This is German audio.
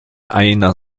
einer